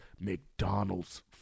McDonald's